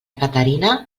caterina